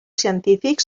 científics